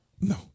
no